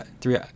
Three